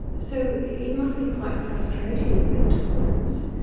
so it it must be quite frustrating at times.